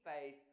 faith